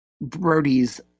Brody's